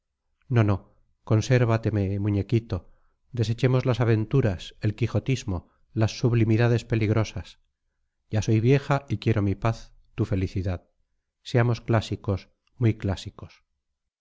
no no consérvateme muñequito desechemos las aventuras el quijotismo las sublimidades peligrosas ya soy vieja y quiero mi paz tu felicidad seamos clásicos muy clásicos